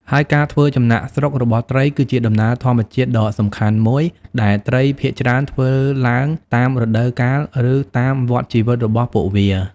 ហើយការធ្វើចំណាកស្រុករបស់ត្រី គឺជាដំណើរធម្មជាតិដ៏សំខាន់មួយដែលត្រីភាគច្រើនធ្វើឡើងតាមរដូវកាល ឬតាមវដ្តជីវិតរបស់ពួកវា។